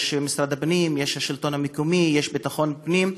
יש משרד הפנים, יש השלטון המקומי, יש ביטחון פנים.